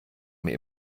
mir